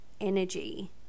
energy